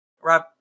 Rob